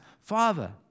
Father